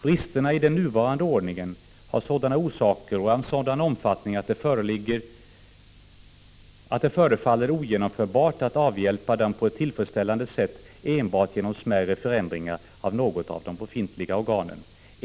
Bristerna i den nuvarande ordningen har sådana orsaker och är av sådan omfattning att det förefaller ogenomförbart att avhjälpa dem på ett tillfredsställande sätt enbart genom smärre förändringar av något av de befintliga organen.